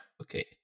Okay